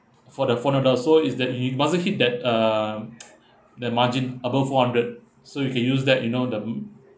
for the four hundred dollar so is that you mustn't hit that uh the margin above four hundred so you can use that you know the mm